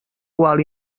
gual